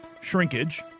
shrinkage